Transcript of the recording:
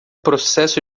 processo